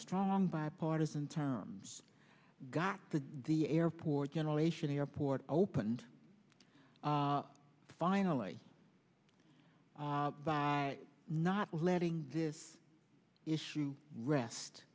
strong bipartisan terms got to the airport generation airport opened finally by not letting this issue rest